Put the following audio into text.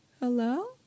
hello